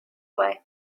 way